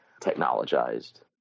technologized